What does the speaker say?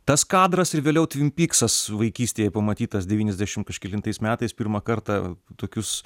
tas kadras ir vėliau tvin pyksas vaikystėje pamatytas devyniasdešimt kažkelintais metais pirmą kartą tokius